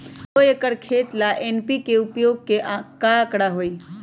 दो एकर खेत ला एन.पी.के उपयोग के का आंकड़ा होई?